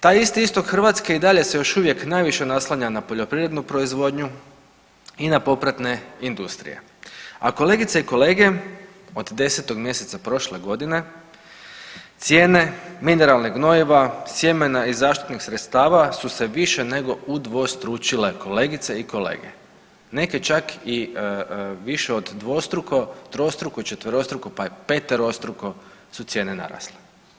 Taj isti istok Hrvatske i dalje se još uvijek najviše naslanja na poljoprivrednu proizvodnju i na popratne industrije, kolegice i kolege od 10. mjeseca prošle godine cijene mineralnih gnojiva, sjemena i zaštitnih sredstava su se više nego udvostručile kolegice i kolege, neke čak i više od dvostruko, trostruko, četverostruko pa i peterostruko su cijene narasle.